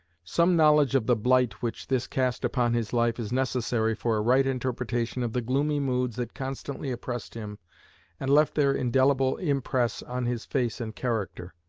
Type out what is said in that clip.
some knowledge of the blight which this cast upon his life is necessary for a right interpretation of the gloomy moods that constantly oppressed him and left their indelible impress on his face and character.